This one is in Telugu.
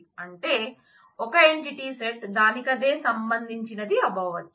అంటే ఒక ఎంటిటీ సెట్ దానికదే సంబంధించినది అవ్వచ్చు